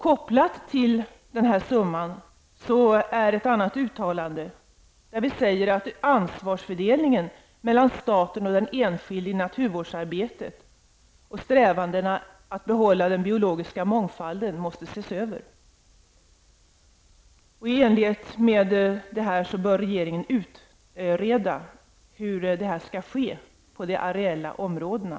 Kopplat till detta är ett annat uttalande, där vi säger att ansvarsfördelningen mellan staten och den enskilde i naturvårdsarbetet och strävandena att behålla den biologiska mångfalden måste ses över. I enlighet härmed bör regeringen utreda hur detta kan ske på de areella områdena.